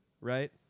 right